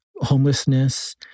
homelessness